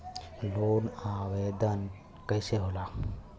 Loan आवेदन कैसे होला?